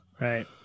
right